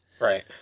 Right